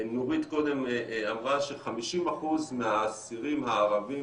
נורית קודם אמרה ש-50% מהאסירים הערבים